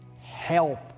help